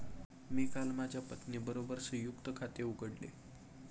मी काल माझ्या पत्नीबरोबर संयुक्त खाते उघडले